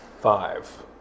Five